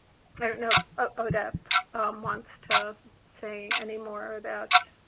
don't know if odep wants to say anymore about